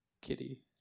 Kitty